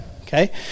okay